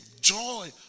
Joy